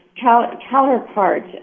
Counterpart